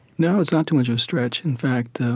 no, it's not too much of a stretch. in fact,